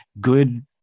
good